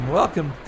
welcome